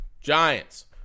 Giants